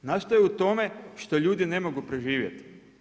Nastaje u tome što ljudi ne mogu preživjeti.